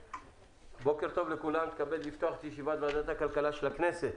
מתכבד לפתוח את ישיבת ועדת הכלכלה של הכנסת,